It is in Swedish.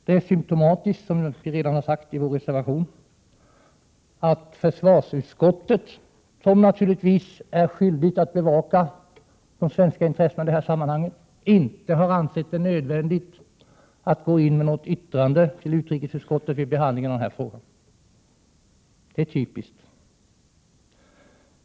Det är symtomatiskt, som vi redan har sagt i vår reservation, att försvarsutskottet, som naturligtvis är skyldigt att bevaka de svenska intressena i sammmanhanget, inte har ansett det nödvändigt att gå in med något yttrande till utrikesutskottet vid behandlingen av denna fråga. Det är typiskt.